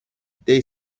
they